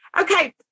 Okay